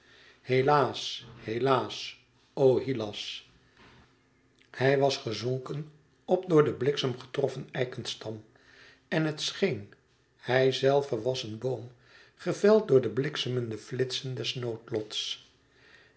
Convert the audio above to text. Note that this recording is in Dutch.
helaas helaas o hylas hij was gezonken op door den bliksem getroffen eikenstam en het scheen hijzelve was een boom geveld door de bliksemende flitsen